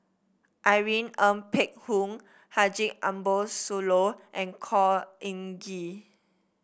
Irene Ng Phek Hoong Haji Ambo Sooloh and Khor Ean Ghee